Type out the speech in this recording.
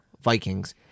Vikings